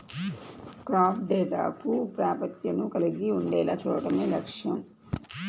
crop డేటాకు ప్రాప్యతను కలిగి ఉండేలా చూడడమే లక్ష్యం